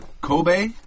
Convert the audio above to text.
Kobe